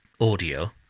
audio